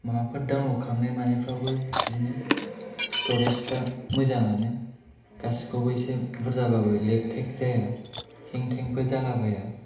माबाफोर डाउनलड खालामनाय मानायफ्रावबो बिदिनो स्ट'रेजफ्रा मोजाङानो गासिबो इसे बुरजाबाबो लेग जाया हें थेंबो जालाबाया